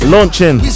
Launching